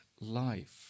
life